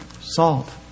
Salt